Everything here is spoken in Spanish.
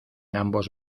ambos